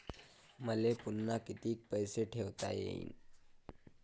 मले पुन्हा कितीक पैसे ठेवता येईन?